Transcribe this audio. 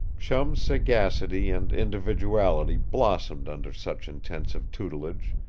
chum's sagacity and individuality blossomed under such intensive tutelage,